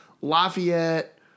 Lafayette